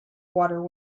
water